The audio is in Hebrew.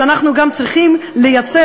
אז אנחנו גם צריכים לייצר,